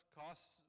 costs